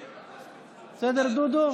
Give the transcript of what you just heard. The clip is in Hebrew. בסדר, דודו?